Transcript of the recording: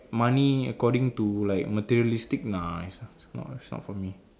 money according to like materialistic nah it's not it's not for me